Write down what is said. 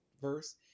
verse